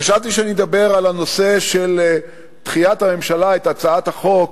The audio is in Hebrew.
חשבתי שאני אדבר על דחיית הממשלה את הצעת החוק